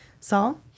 Saul